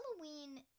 Halloween